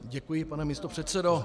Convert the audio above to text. Děkuji, pane místopředsedo.